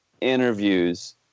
interviews